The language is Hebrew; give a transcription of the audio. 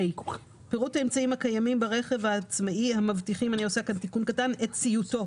פירוט האמצעים הקיימים ברכב העצמאי המבטיחים את ציותו